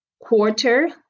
quarter